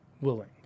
willing